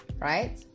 right